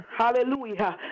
hallelujah